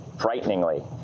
frighteningly